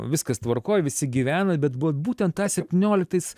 viskas tvarkoj visi gyvena bet va būtent tą septynioliktais